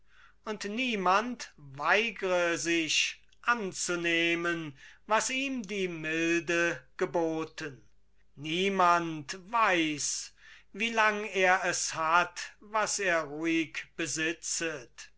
und niemand weigre sich anzunehmen was ihm die milde geboten niemand weiß wie lang er es hat was er ruhig besitzet